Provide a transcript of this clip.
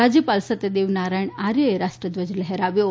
રાજ્યપાલ સત્યદેવ નારાયણ આર્યએ રાષ્ટ્રધ્વજ લહેરાવ્યો હતો